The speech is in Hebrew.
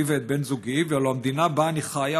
ואת בן זוגי ואילו המדינה שבה אני חיה,